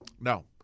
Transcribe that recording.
No